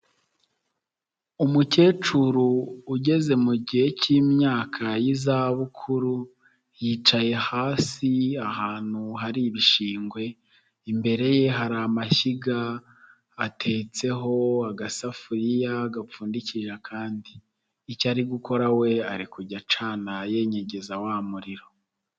Umukecuru ugeze mu gihe cy'imyaka y'izabukuru, yicaye hasi ahantu hari ibishingwe, imbere ye hari amashyiga, atetseho agasafuriya gapfundikije kandi. Icyori gukora we, ari kujya acana, yenyegeza wa muriro.